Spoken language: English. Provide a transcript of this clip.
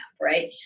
right